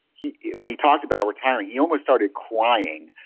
he when he talked about retiring, he almost started crying,